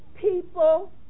people